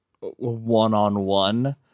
one-on-one